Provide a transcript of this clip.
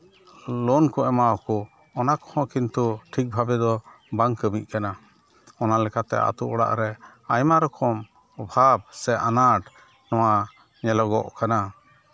loan ᱠᱚ ᱮᱢᱟᱣ ᱠᱚ ᱚᱱᱟ ᱠᱚᱦᱚᱸ ᱠᱤᱱᱛᱩ ᱴᱷᱤᱠ ᱵᱷᱟᱵᱮ ᱫᱚ ᱵᱟᱝ ᱠᱟᱹᱢᱤᱜ ᱠᱟᱱᱟ ᱚᱱᱟ ᱞᱮᱠᱟᱛᱮ ᱟᱛᱳ ᱚᱲᱟᱜ ᱨᱮ ᱟᱭᱢᱟ ᱨᱚᱠᱚᱢ ᱚᱵᱷᱟᱵᱽ ᱥᱮ ᱟᱱᱟᱴ ᱱᱚᱣᱟ ᱧᱮᱞᱚᱜᱚᱜ ᱠᱟᱱᱟ